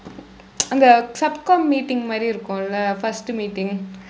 அந்த:andtha sub comm meeting மாதிரி இருக்கும்:maathiri irukkum leh first meeting